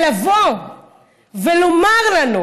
לבוא ולומר לנו